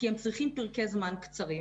כי הם צריכים פרקי זמן קצרים,